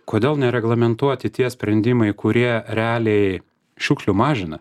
kodėl nereglamentuoti tie sprendimai kurie realiai šiukšlių mažina